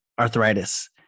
arthritis